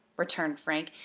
returned frank,